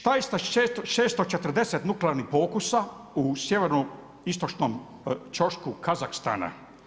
Šta je sa 640 nuklearnih pokusa u sjeverno-istočnom ćošku Kazahstana?